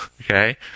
okay